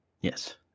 Yes